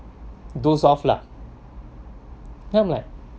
doze off lah I'm like